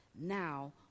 now